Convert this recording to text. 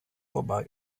vorbei